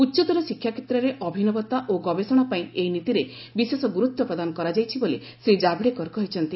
ଉଚ୍ଚତର ଶିକ୍ଷା କ୍ଷେତ୍ରରେ ଅଭିନବତା ଓ ଗବେଷଣା ପାଇଁ ଏହି ନୀତିରେ ବିଶେଷ ଗୁରୁତ୍ୱ ପ୍ରଦାନ କରାଯାଇଛି ବୋଲି ଶ୍ରୀ ଜାବ୍ଡେକର କହିଛନ୍ତି